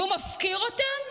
והוא מפקיר אותם